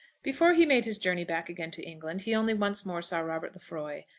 before he made his journey back again to england he only once more saw robert lefroy.